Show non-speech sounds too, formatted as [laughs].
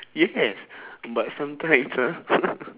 yes but sometimes ah [laughs]